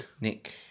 Nick